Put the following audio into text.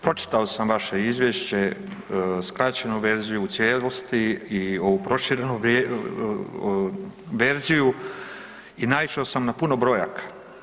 Pročitao sam vaše izvješće, skraćenu verziju, u cijelosti i ovu proširenu verziju i naišao sam na puno brojaka.